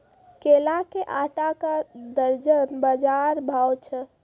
केला के आटा का दर्जन बाजार भाव छ?